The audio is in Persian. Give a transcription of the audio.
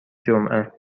جمعه